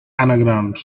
anagrams